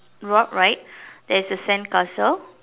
rock right there's a sandcastle